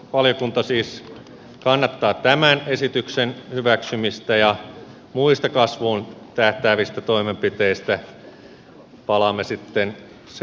valiokunta siis kannattaa tämän esityksen hyväksymistä ja muihin kasvuun tähtääviin toimenpiteisiin palaamme sitten se